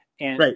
Right